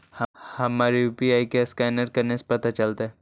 हमर यु.पी.आई के असकैनर कने से पता चलतै?